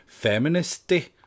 feministy